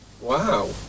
wow